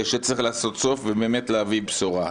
שצריך לעשות סוף ובאמת להביא בשורה.